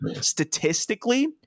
statistically